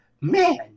Man